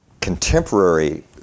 contemporary